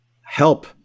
help